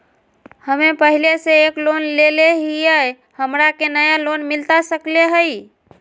हमे पहले से एक लोन लेले हियई, हमरा के नया लोन मिलता सकले हई?